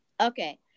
Okay